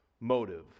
motive